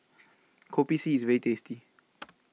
Kopi C IS very tasty